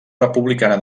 republicana